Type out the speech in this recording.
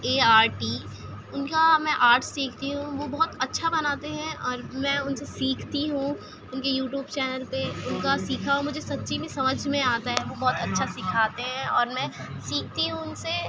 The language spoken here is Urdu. اے آر ٹی ان کا میں آرٹ سیکھتی ہوں وہ بہت اچھا بناتے ہیں اور میں ان سے سیکھتی ہوں ان کے یوٹوب چینل پہ ان کا سیکھا ہوا مجھے سچی میں سمجھ میں آتا ہے وہ بہت اچھا سکھاتے ہیں اور میں سیکھتی ہوں ان سے